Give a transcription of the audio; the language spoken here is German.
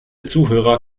zuhörer